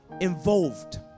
involved